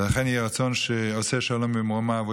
לכן יהי רצון שעושה שלום במרומיו הוא